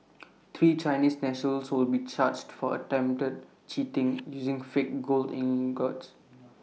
three Chinese nationals will be charged for attempted cheating using fake gold ingots